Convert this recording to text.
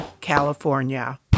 California